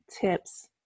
tips